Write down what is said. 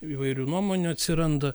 įvairių nuomonių atsiranda